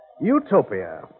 Utopia